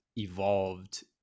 Evolved